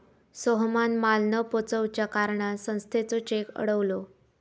सोहमान माल न पोचवच्या कारणान संस्थेचो चेक अडवलो